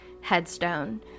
headstone